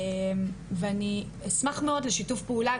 ואני אשמח מאוד לשיתוף פעולה.